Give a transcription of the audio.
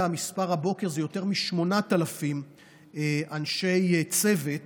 המספר כרגע, הבוקר: יותר מ-8,000 אנשי צוות